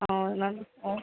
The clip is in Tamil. நன்